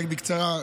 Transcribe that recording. רק בקצרה,